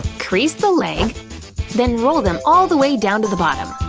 crease the leg then roll them all the way down to the bottom.